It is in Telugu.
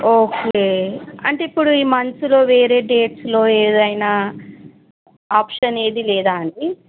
ఓకే అంటే ఇప్పుడు ఈ మంత్స్లో వేరే డేట్స్లో ఏదైనా ఆప్షన్ ఏది లేదా అండి